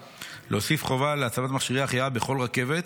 להוסיף חובה להצבת מכשירי החייאה בכל רכבת,